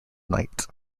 knight